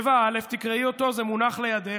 7א, תקראי אותו, זה מונח לידך,